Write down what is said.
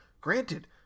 Granted